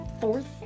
fourth